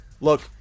Look